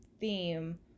theme